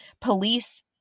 police